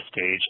stage